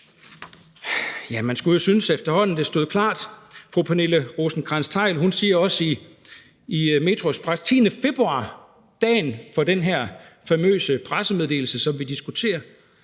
Ja, man skulle jo synes, at det efterhånden stod klart. Fru Pernille Rosenkrantz-Theil siger også i MetroXpress den 10. februar, dagen for den her famøse pressemeddelelse, som vi diskuterer: